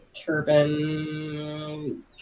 turban